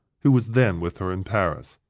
who was then with her in paris.